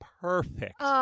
Perfect